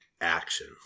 action